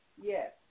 Yes